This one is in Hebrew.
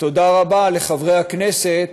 תודה רבה לחברי הכנסת.